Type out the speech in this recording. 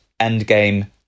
Endgame